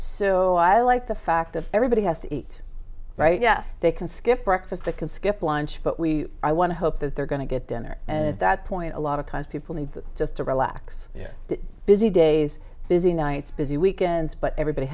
so i like the fact of everybody has to eat right yeah they can skip breakfast that can skip lunch but we i want to hope that they're going to get dinner and at that point a lot of times people need just to relax busy days busy nights busy weekends but everybody